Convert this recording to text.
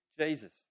Jesus